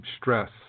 stress